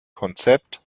konzept